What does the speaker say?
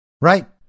right